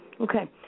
Okay